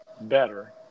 better